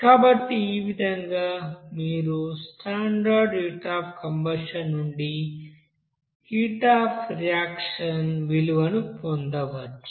కాబట్టి ఈ విధంగా మీరు స్టాండర్డ్ హీట్ అఫ్ కంబషన్ నుండి హీట్ అఫ్ రియాక్షన్ విలువను పొందవచ్చు